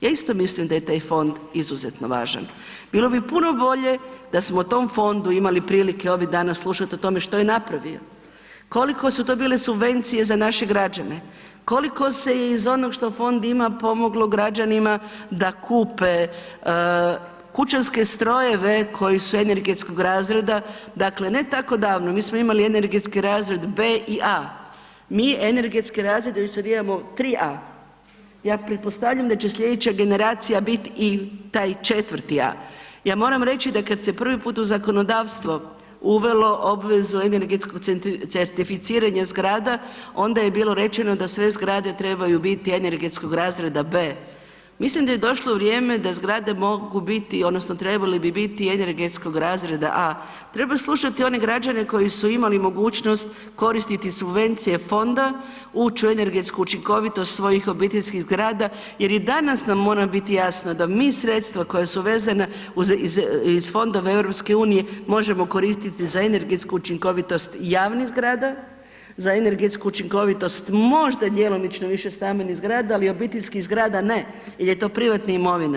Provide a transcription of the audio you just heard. Ja isto mislim da je taj fond izuzetno važan, bilo bi puno bolje da smo o tom fondu imali prilike ovih dana slušati o tome što je napravio, kolike su to bile subvencije za naše građane, koliko se je iz onog što fond ima, pomoglo građanima da kupe kućanske strojeve koji su energetskog razreda, dakle ne tako davno, mi smo imali energetski razred B i A. Mi energetske razrede već sad tri A. ja pretpostavljam da će slijedeća generacija biti i taj četvrti A. Ja moram reći da kad se prvi put u zakonodavstvo uvelo obveza o energetskom certificiranju zgrada onda je bilo rečeno da sve zgrade trebaju biti energetskog razreda B. Mislim da je došlo vrijeme da zgrade mogu biti odnosno trebale bi biti energetskog razreda A treba slušati one građane koji su imali mogućnost koristiti subvencije fonda, ući u energetsku učinkovitost svojih obiteljskih zgrada jer i danas nam mora biti jasno da mi sredstva koja su vezana iz fondova EU-a možemo koristiti za energetsku učinkovitost javnih zgrada, za energetsku učinkovitost možda djelomično više stambenih zgrada ali obiteljski zgrada ne jer je to to privatna imovina.